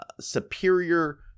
superior